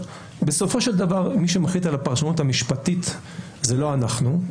בסופו של דבר מי שמחליט על הפרשנות המשפטית זה לא אנחנו,